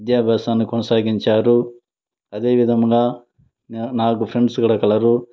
విద్యాభ్యాసాన్ని కొనసాగించారు అదేవిధముగా నాకు ఫ్రెండ్స్ కూడ కలరు